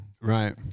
Right